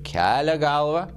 kelia galvą